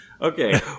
Okay